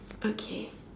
okay